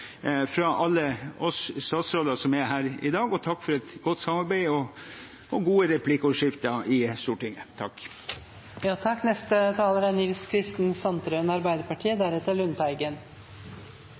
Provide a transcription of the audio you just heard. fra alle oss statsråder som er her i dag, og takk for godt samarbeid og gode replikkordskifter i Stortinget.